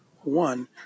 one